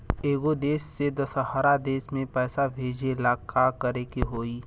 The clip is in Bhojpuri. एगो देश से दशहरा देश मे पैसा भेजे ला का करेके होई?